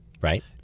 Right